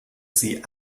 sie